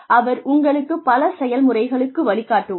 அவர் உங்களுக்குப் பல செயல்முறைகளுக்கு வழி காட்டுவார்